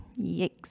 Yikes